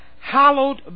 hallowed